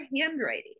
handwriting